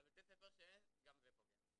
אבל בבתי ספר שאין גם זה פוגע.